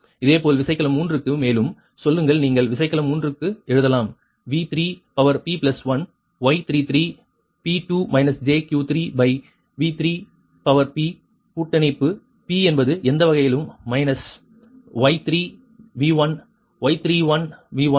இதேபோல் விசைக்கலம் 3 க்கு மேலும் சொல்லுங்கள் நீங்கள் விசைக்கலம் 3 க்கு எழுதலாம் V3p1 Y33 P3 jQ3V3p கூட்டிணைப்பு p என்பது எந்த வகையிலும் minus Y3 V1 Y31V1 Y32 V2p1